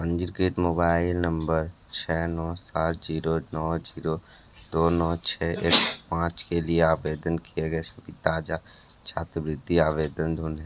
पंजीकृत mobile number छः नौ सात ज़ीरो नौ ज़ीरो दो नौ छः एक पाँच के लिए आवेदन किए गए सभी ताज़ा छात्रवृत्ति आवेदन ढूँढें